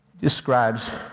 describes